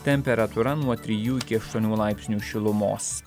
temperatūra nuo trijų iki aštuonių laipsnių šilumos